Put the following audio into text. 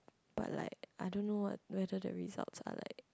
but like I don't know what whether the results are like